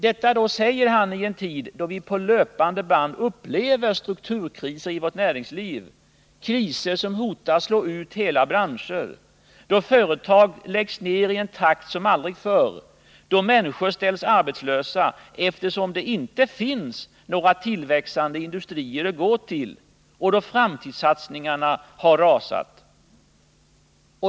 Detta sker i en tid då vi på löpande band upplever strukturkriser i näringslivet, kriser som hotar att slå ut hela branscher, då företag läggs ner i en takt som aldrig förr, då människor ställs arbetslösa, eftersom det inte finns några tillväxande industrier att gå till, och då framtidssatsningarna rasat.